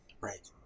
Right